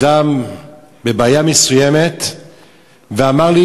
כאשר פנה אלי אדם בבעיה מסוימת ואמר לי